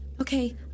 Okay